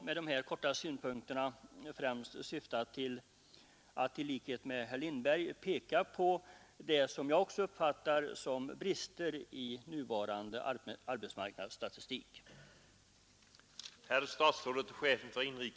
Med de anförda synpunkterna har jag främst syftat till att i likhet med herr Lindberg peka på det som också jag uppfattar som brister i vår nuvarande arbetsmarknadsstatistik.